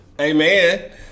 Amen